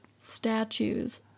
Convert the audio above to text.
statues